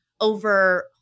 over